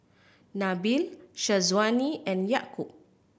Nabil Syazwani and Yaakob